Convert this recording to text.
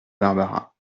barbara